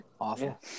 awful